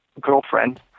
girlfriend